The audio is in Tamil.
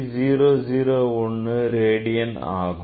0001 ரேடியன் ஆகும்